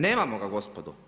Nemamo ga gospodo.